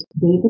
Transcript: David